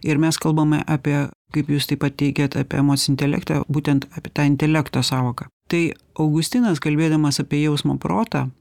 ir mes kalbame apie kaip jūs taip pat teigiat apie emocinį intelektą būtent apie tą intelekto sąvoka tai augustinas kalbėdamas apie jausmo protą